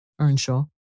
Earnshaw